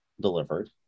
delivered